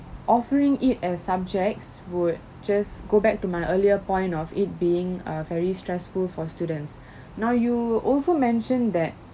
offering it as subjects would just go back to my earlier point of it being err very stressful for students now you also mentioned that